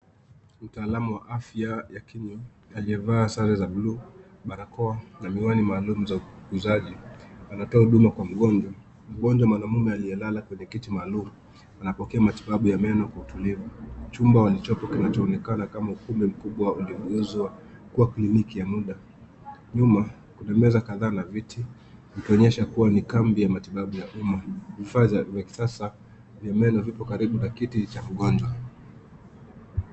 Mtaalamu wa afya ya kinywa aliyevaa sare za blue, barakoa na miwani maalum za kukuzaji anatoa huduma kwa mgonjwa. Mgonjwa mwanaume aliyelala kwenye kiti maalum an